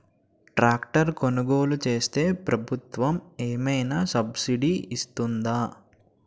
Tractor కొనుగోలు చేస్తే ప్రభుత్వం ఏమైనా సబ్సిడీ ఇస్తుందా?